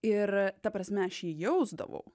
ir ta prasme aš jį jausdavau